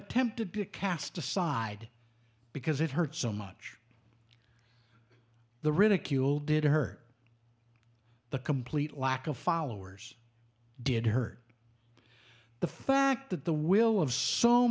attempted to cast aside because it hurt so much the ridicule did hurt the complete lack of followers did hurt the fact that the will of so